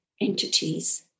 entities